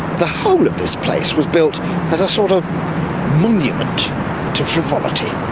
the whole of this place was built as a sort of monument to frivolity!